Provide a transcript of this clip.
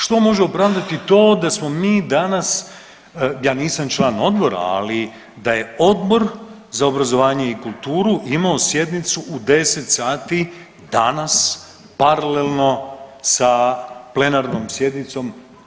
Što može opravdati to da smo mi danas, ja nisam član odbora, ali da je Odbor za obrazovanje i kulturu imao sjednicu u 10,00 sati danas paralelno sa plenarnom sjednicom?